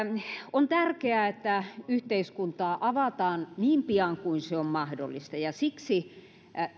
on tärkeää että yhteiskuntaa avataan niin pian kuin se on mahdollista ja siksi